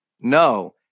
No